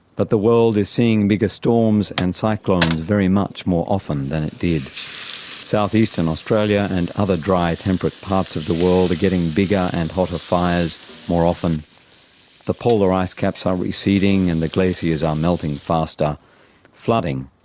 but the world is seeing bigger storms and cyclones very much more often than it did south eastern australia and other dry temperate parts of the world are getting bigger and hotter fires more often the polar ice caps are receding and the glaciers are melting faster flooding,